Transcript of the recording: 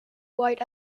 wide